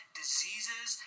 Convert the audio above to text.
diseases